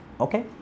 Okay